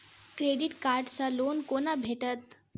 Credit card सँ loan कोना भेटत?